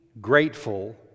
grateful